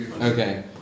Okay